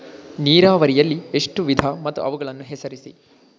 ನೀರಾವರಿಯಲ್ಲಿ ಎಷ್ಟು ವಿಧ ಮತ್ತು ಅವುಗಳನ್ನು ಹೆಸರಿಸಿ?